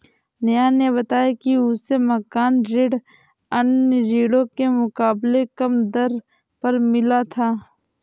नेहा ने बताया कि उसे मकान ऋण अन्य ऋणों के मुकाबले कम दर पर मिला था